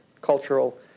cultural